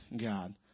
God